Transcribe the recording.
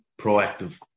proactive